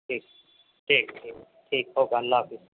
ٹھیک ٹھیک ٹھیک ٹھیک اوکے اللہ حافظ